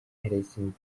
harassing